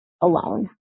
alone